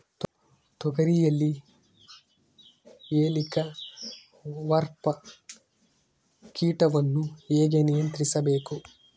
ತೋಗರಿಯಲ್ಲಿ ಹೇಲಿಕವರ್ಪ ಕೇಟವನ್ನು ಹೇಗೆ ನಿಯಂತ್ರಿಸಬೇಕು?